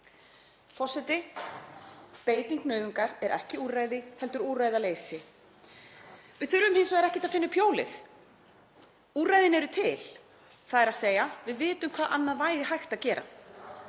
Forseti. Beiting nauðungar er ekki úrræði heldur úrræðaleysi. Við þurfum hins vegar ekkert að finna upp hjólið. Úrræðin eru til, þ.e. við vitum hvað annað væri hægt að gera.